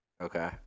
okay